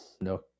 no